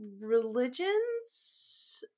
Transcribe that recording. religions